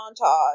montage